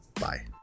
Bye